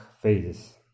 phases